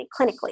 clinically